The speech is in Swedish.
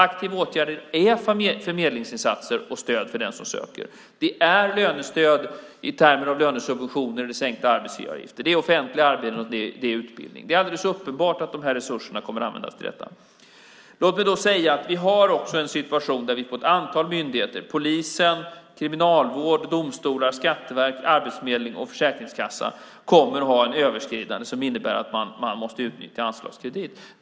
Aktiva åtgärder är förmedlingsinsatser och stöd för den som söker. Det är lönestöd i form av lönesubventioner och sänkta arbetsgivaravgifter. Det är offentliga arbeten och utbildning. Det är alldeles uppenbart att de här resurserna kommer att användas till detta. Låt mig säga att vi har en situation där vi på ett antal myndigheter - polisen, Kriminalvården, domstolar, Skatteverket, Arbetsförmedlingen och Försäkringskassan - kommer att ha ett överskridande som innebär att man måste utnyttja anslagskredit.